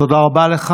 תודה רבה לך.